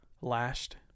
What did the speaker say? Lashed